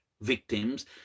Victims